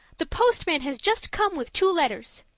the postman has just come with two letters.